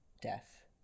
death